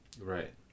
Right